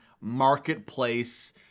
marketplace